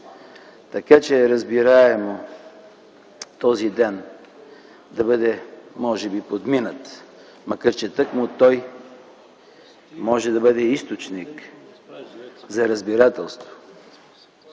Така че е разбираемо този ден да бъде може би подминат, макар че тъкмо той може да бъде източник за разбирателство.